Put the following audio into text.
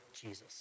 Jesus